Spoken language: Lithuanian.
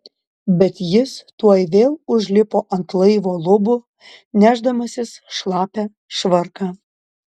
bet jis tuoj vėl užlipo ant laivo lubų nešdamasis šlapią švarką